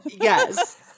yes